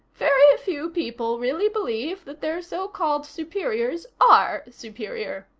very few people really believe that their so-called superiors are superior.